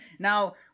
Now